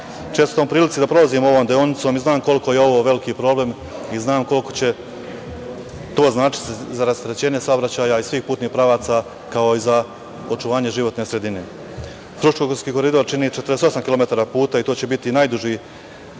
Često sam u prilici da prolazim ovom deonicom i znam koliko je ovo veliki problem i koliko će to značiti za rasterećenje saobraćaja i svih putnih pravaca, kao i za očuvanje životne sredine. Fruškogorski koridor čini 48 km puta i tu će biti najduži